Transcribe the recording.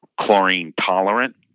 chlorine-tolerant